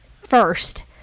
first